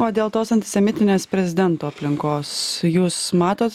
o dėl tos antisemitinės prezidento aplinkos jūs matot